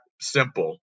simple